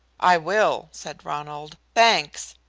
i will, said ronald. thanks.